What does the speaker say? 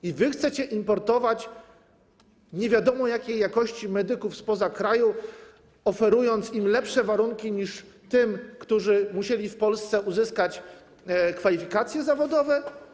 I wy chcecie importować nie wiadomo jakiej jakości medyków spoza kraju, oferując im lepsze warunki niż tym, którzy musieli w Polsce uzyskać kwalifikacje zawodowe?